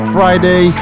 Friday